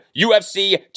UFC